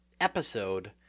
episode